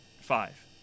five